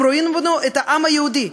הם רואים בנו את העם היהודי.